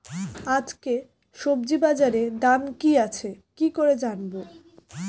আজকে সবজি বাজারে দাম কি আছে কি করে জানবো?